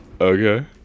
Okay